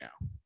now